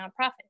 nonprofit